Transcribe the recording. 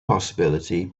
possibility